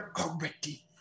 already